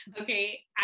okay